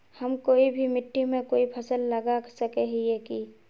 हम कोई भी मिट्टी में कोई फसल लगा सके हिये की?